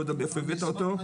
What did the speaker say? לא יודע מאיפה הבאת אותו,